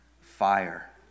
fire